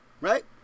Right